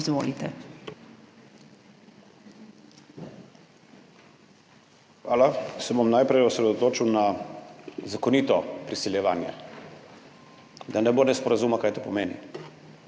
Hvala. Se bom najprej osredotočil na zakonito priseljevanje, da ne bo nesporazuma, kaj to pomeni.